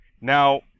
Now